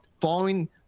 following